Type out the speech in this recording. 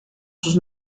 sus